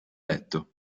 letto